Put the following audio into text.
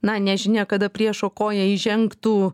na nežinia kada priešo koja įžengtų